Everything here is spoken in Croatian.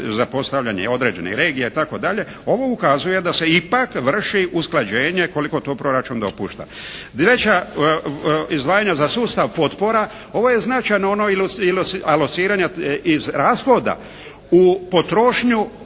zapostavljanje određenih regija itd. Ovo ukazuje da se ipak vrši usklađenje koliko to proračun dopušta. Veća izlaganja za sustav potpora, ovo je značajno ono alociranja iz rashoda u potrošnju